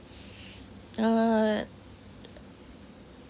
err